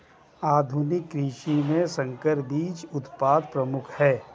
आधुनिक कृषि में संकर बीज उत्पादन प्रमुख है